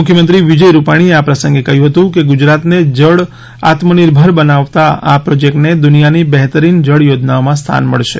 મુખ્યમંત્રી વિજય રૂપાણીએ આ પ્રસંગે કહ્યું હતું કે ગુજરાતને જળ આત્મનિર્ભર બનાવતા આ પ્રોજેકટને દુનિયાની બહતરીન જળ યોજનાઓમાં સ્થાન મળશે